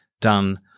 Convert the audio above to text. done